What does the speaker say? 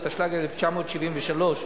התשל"ג 1973,